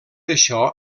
això